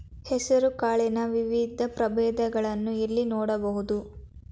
ಹೆಸರು ಕಾಳಿನ ವಿವಿಧ ಪ್ರಭೇದಗಳನ್ನು ಎಲ್ಲಿ ನೋಡಬಹುದು?